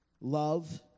love